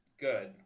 good